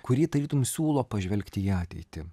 kuri tarytum siūlo pažvelgti į ateitį